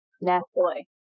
naturally